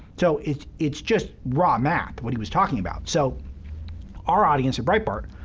so it's it's just raw math, what he was talking about. so our audience at breitbart,